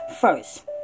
First